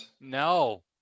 No